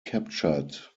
captured